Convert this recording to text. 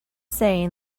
saying